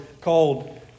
called